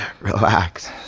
Relax